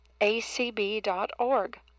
acb.org